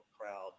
crowd